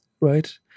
Right